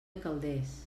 calders